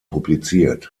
publiziert